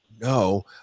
no